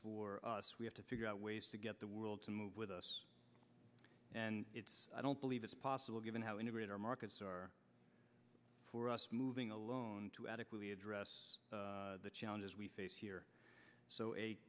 for us we have to figure out ways to get the world to move with us and it's i don't believe it's possible given how integrated our markets are for us moving alone to adequately address the challenges we face here so a